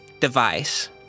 Device